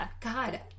God